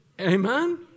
Amen